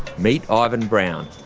meet ivan brown,